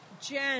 Jen